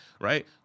right